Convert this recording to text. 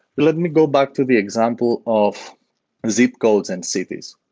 let me go back to the example of zip codes and cities.